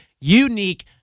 unique